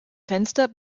fenster